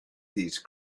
these